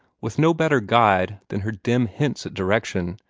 with no better guide than her dim hints at direction,